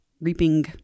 reaping